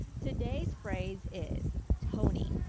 today's phrase is tony.